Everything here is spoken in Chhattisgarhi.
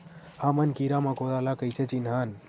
हमन कीरा मकोरा ला कइसे चिन्हन?